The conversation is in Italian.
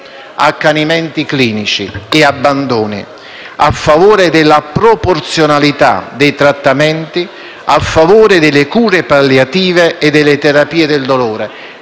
accanimenti clinici e abbandoni, a favore della proporzionalità dei trattamenti, delle cure palliative e delle terapie del dolore.